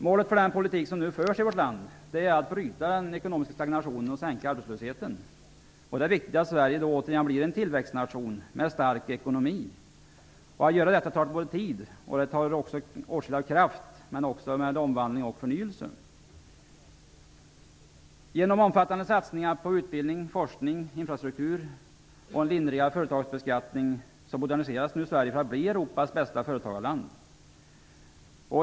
Målet för den politik som nu förs i vårt land är att bryta den ekonomiska stagnationen och att sänka arbetslösheten. Det är viktigt att Sverige återigen blir en tillväxtnation med stark ekonomi. Att genomföra detta tar tid och kraft och kräver åtskilligt av omvandling och förnyelse. Genom omfattande satsningar på utbildning, forskning och infrastruktur och med en lindrigare företagsbeskattning moderniseras nu Sverige för att bli Europas bästa företagarland.